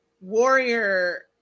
warrior